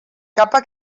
capa